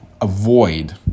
avoid